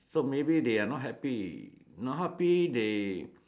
so maybe they're not happy not happy they